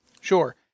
Sure